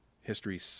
history